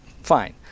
fine